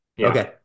Okay